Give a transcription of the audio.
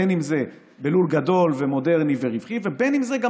בין שזה בלול גדול ומודרני ורווחי ובין שזה גם